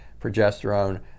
progesterone